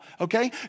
okay